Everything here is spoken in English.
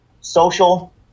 social